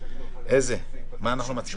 סעיף אנחנו מצביעים?